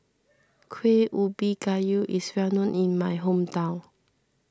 Kuih Ubi Kayu is well known in my hometown